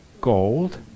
gold